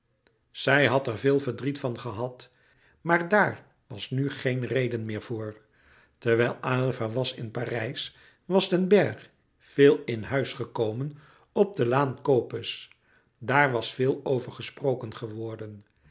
zij had er veel verdriet van gehad maar daar was nu geen reden meer voor terwijl aylva was in parijs was den bergh veel in huis gekomen op de laan copes daar was veel over gesproken geworden